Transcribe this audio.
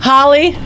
Holly